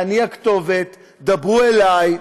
אני הכתובת, דברו אלי,